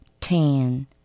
Ten